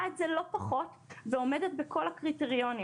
את זה לא פחות ועומדת בכל הקריטריונים,